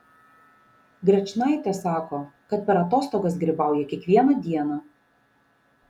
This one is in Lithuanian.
grečnaitė sako kad per atostogas grybauja kiekvieną dieną